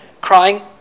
crying